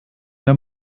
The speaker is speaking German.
mehr